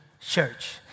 church